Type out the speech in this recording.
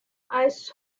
ice